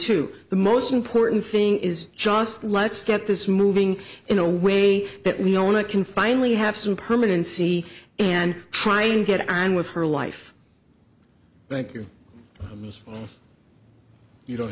to the most important thing is just let's get this moving in a way that we all want to can finally have some permanency and try and get on with her life thank you miss you don't